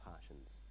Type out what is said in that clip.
passions